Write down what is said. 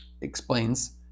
explains